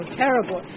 terrible